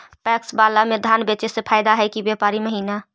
PACS बाला में धान बेचे मे फायदा है कि व्यापारी महिना?